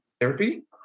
therapy